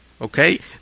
Okay